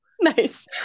Nice